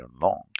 long